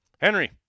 Henry